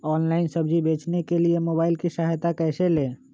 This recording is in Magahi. ऑनलाइन सब्जी बेचने के लिए मोबाईल की सहायता कैसे ले?